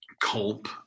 culp